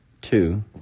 Two